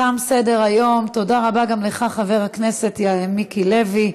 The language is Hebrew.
תודה רבה גם לך, חבר הכנסת מיקי לוי.